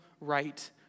right